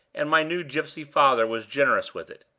and my new gypsy father was generous with it.